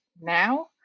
now